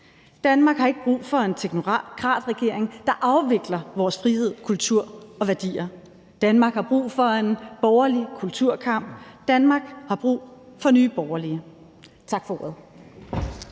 Danmark har ikke brug for en teknokratregering, der afvikler vores frihed, kultur og værdier. Danmark har brug for en borgerlig kulturkamp. Danmark har brug for Nye Borgerlige. Tak for ordet.